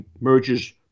merges